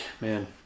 man